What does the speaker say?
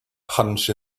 punch